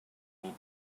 need